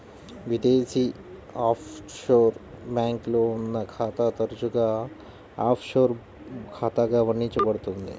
విదేశీ ఆఫ్షోర్ బ్యాంక్లో ఉన్న ఖాతా తరచుగా ఆఫ్షోర్ ఖాతాగా వర్ణించబడుతుంది